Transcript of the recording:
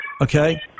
Okay